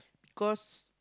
cause